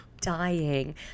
dying